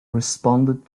responded